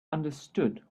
understood